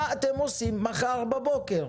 מה אתם עושים מחר בבוקר?